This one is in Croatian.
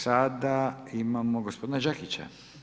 Sada imamo gospodina Đakića.